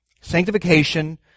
Sanctification